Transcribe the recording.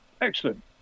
excellent